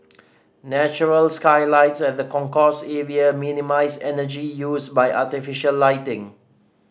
natural skylights at the concourse area minimise energy used by artificial lighting